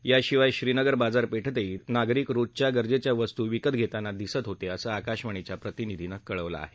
याशिवाय श्रीनगर बाजारपेठेतही नागरिक रोजच्या गरजेच्या वस्तू विकत घेताना दिसत होते असही आकाशवाणीच्या प्रतिनिधीनक्ळिळवलक्ष आहे